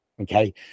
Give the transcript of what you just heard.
Okay